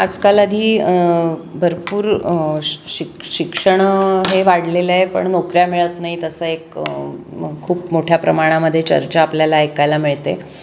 आजकाल आधी भरपूर शिक शिक्षण हे वाढलेलं आहे पण नोकऱ्या मिळत नाहीत असं एक खूप मोठ्या प्रमाणामध्ये चर्चा आपल्याला ऐकायला मिळते